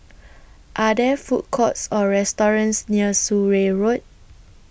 Are There Food Courts Or restaurants near Surrey Road